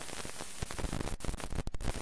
קשים לכל מי שנושא באחריות, אבל רגעיהם של ההורים